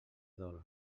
dol